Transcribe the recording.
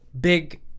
big